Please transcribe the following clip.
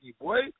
boy